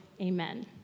amen